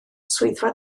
swyddfa